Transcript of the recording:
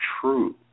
true